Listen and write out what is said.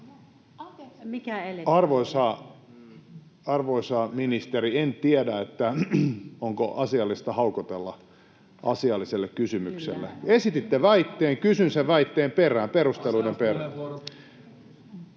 Arvoisa ministeri, en tiedä, onko asiallista haukotella asialliselle kysymykselle. Esititte väitteen, kysyn sen väitteen perään, perusteluiden perään.